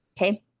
Okay